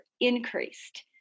increased